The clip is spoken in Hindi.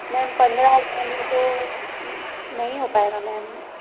मैम पन्द्रह हज़ार में तो नहीं हो पायेगा मैम